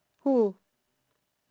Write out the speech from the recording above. who